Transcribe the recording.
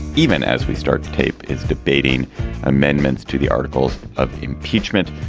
even as we start to tape its debating amendments to the articles of impeachment.